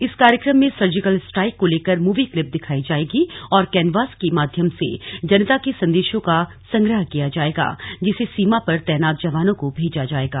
इस कार्यक्रम में सर्जिकल स्ट्राइक को लेकर मूवी क्लिप दिखाई जाएगी और कैनवास के माध्यम से जनता के संदेशों का संग्रह किया जायेगा जिसे सीमा पर तैनात जवानों को भेजा जायेगा